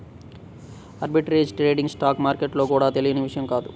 arbitrage trading stock మార్కెట్లలో కూడా తెలియని విషయం కాదు